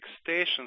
station's